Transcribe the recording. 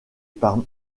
par